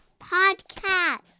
Podcast